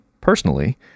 personally